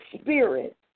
spirit